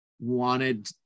wanted